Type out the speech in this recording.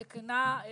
התקנה,